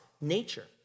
nature